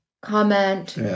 comment